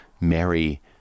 Mary